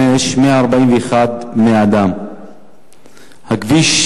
נהרגו 141 בני-אדם בכביש 65. הכביש,